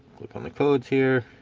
clip on the codes here